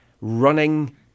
running